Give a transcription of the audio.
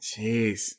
Jeez